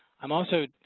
i'm also